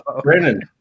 Brandon